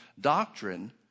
doctrine